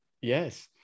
Yes